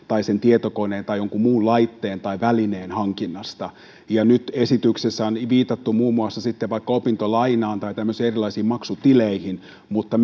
tai sen tietokoneen tai jonkun muun laitteen tai välineen hankinnasta nyt esityksessä on viitattu muun muassa vaikka opintolainaan tai tämmöisiin erilaisiin maksutileihin mutta